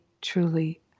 truly